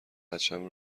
بچم